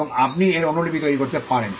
এবং আপনি এর অনুলিপি তৈরি করতে পারেন